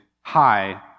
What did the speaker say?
high